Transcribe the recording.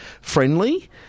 friendly